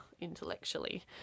intellectually